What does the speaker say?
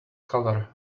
color